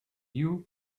you